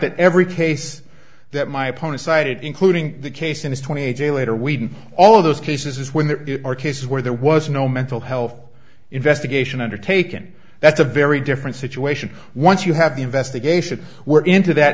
that every case that my opponent cited including the case in this twenty a j later we all of those cases when there are cases where there was no mental health investigation undertaken that's a very different situation once you have the investigation we're into that